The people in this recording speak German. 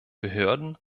behörden